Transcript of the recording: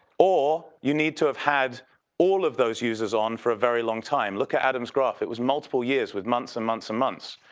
or you need to have had all of those users on for a very long time. look at adam's graph it was multiple years with months, and months, and months.